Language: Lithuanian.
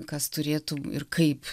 kas turėtų ir kaip